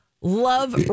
love